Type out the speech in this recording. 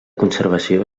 conservació